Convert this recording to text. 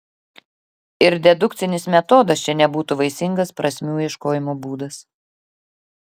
ir dedukcinis metodas čia nebūtų vaisingas prasmių ieškojimo būdas